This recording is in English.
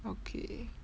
okay